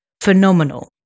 phenomenal